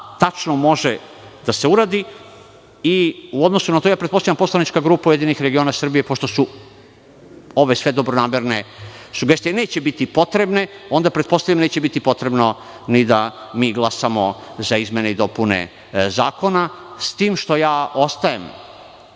tačno može da se uradi. U odnosu na to, pretpostavljam, poslanička grupa URS, pošto su ovo sve dobronamerne sugestije, neće biti potrebne, onda neće biti potrebno da mi glasamo za izmene i dopune zakona.S tim što ja ostajem